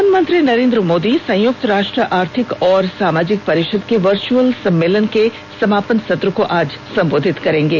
प्रधानमंत्री नरेन्द्र मोदी संयुक्त राष्ट्र आर्थिक और सामाजिक परिषद के वर्चुअल सम्मेलन के समापन सत्र को आज संबोधित करेंगे